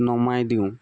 নমাই দিওঁ